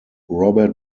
robert